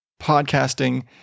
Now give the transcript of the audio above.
podcasting